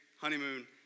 honeymoon